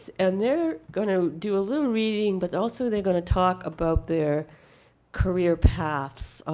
and they're going to do a little reading, but also they're going to talk about their career paths.